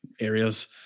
areas